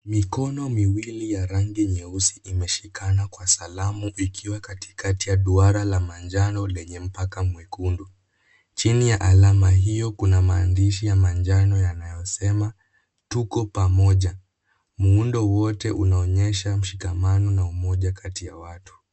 Mikono miwili ya rangi nyeusi imeshikana kwa salamu ikiwa katikati ya duara la manjano lenye mpaka mwekundu. Chini ya alama hiyo kuna maandishi ya manjano yanayosema, tuko pamoja. Muundo wote unaonyesha mshikamano na umoja kati ya watu.